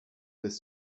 this